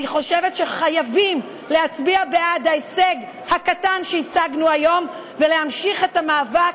אני חושבת שחייבים להצביע בעד ההישג הקטן שהשגנו היום ולהמשיך את המאבק.